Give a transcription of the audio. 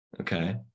Okay